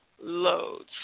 loads